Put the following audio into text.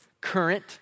current